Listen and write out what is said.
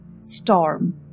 Storm